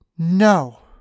No